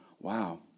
Wow